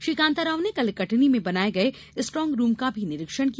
श्री कांताराव ने कल कटनी में बनाये गये स्ट्रांग रूम का निरीक्षण भी किया